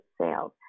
sales